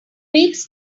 weeks